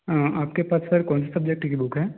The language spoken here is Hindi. आपके पास सर कौन से सब्जेक्ट की बुक है